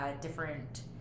different